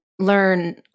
learn